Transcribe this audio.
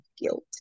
guilt